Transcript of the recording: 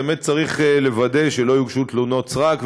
באמת צריך לוודא שלא יוגשו תלונות סרק,